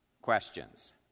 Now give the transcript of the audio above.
questions